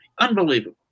Unbelievable